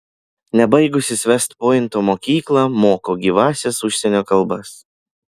ne baigusis vest pointo mokyklą moka gyvąsias užsienio kalbas